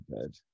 good